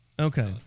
Okay